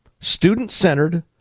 student-centered